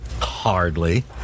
Hardly